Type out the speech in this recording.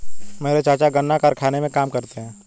मेरे चाचा गन्ना कारखाने में काम करते हैं